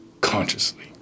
consciously